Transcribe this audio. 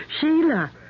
Sheila